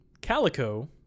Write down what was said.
calico